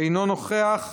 אינו נוכח.